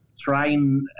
trying